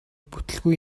бүтэлгүй